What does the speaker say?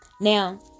Now